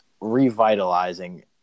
revitalizing